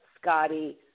Scotty